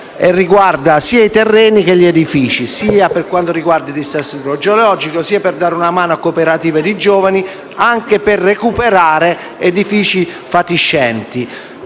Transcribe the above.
e riguarda sia i terreni che gli edifici, per contrastare il dissesto idrogeologico, per dare una mano a cooperative di giovani, ma anche per recuperare edifici fatiscenti.